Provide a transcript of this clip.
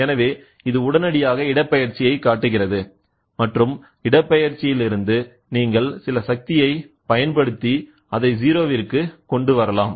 எனவே இது உடனடியாக இடப்பெயர்ச்சியை காட்டுகிறது மற்றும் இடப்பெயர்ச்சியில் இருந்து நீங்கள் சில சக்தியை பயன்படுத்தி அதை 0 விற்கு கொண்டு வரலாம்